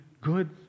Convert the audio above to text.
good